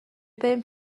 بریم